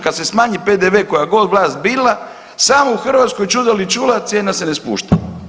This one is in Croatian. Kad se smanji PDV koja god vlast bila, samo u Hrvatskoj čudna li čuda cijena se ne spušta.